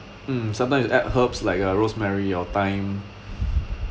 mm sometimes you add herbs like uh rosemary or thyme